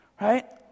Right